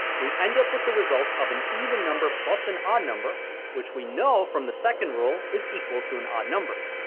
we end up with the result of an even number plus an odd number which we know from the second rule is equal to an odd number.